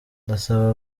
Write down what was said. ndasaba